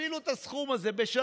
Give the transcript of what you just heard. תכפילו את הסכום הזה בשלושה,